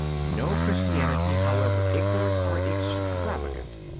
no christianity, however ignorant or extravagant,